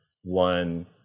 one